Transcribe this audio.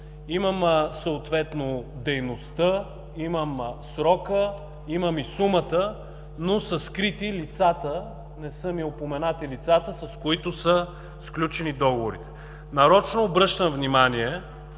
имам съответно дейността, имам срока, имам и сумата, но са скрити лицата, не са упоменати лицата, с които са сключени договорите. Нарочно обръщам внимание